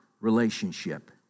relationship